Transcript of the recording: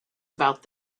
about